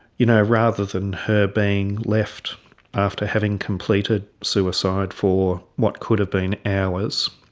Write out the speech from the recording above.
you know rather than her being left after having completed suicide for what could have been hours,